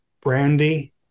brandy